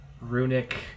runic